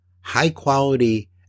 high-quality